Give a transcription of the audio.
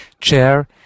chair